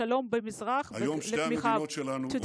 לשלום במזרח התיכון.) היום שתי המדינות שלנו עומדות יחד כדי